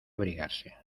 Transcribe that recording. abrigarse